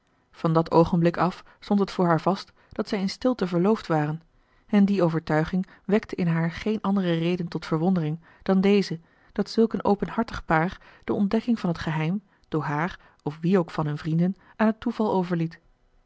van dat oogenblik af stond het voor haar vast dat zij in stilte verloofd waren en die overtuiging wekte in haar geene andere reden tot verwondering dan deze dat zulk een openhartig paar de ontdekking van het geheim door haar of wie ook van hun vrienden aan het toeval overliet